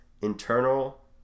internal